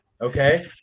Okay